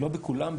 לא בכולם.